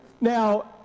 Now